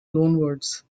loanwords